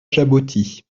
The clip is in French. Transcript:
jaboti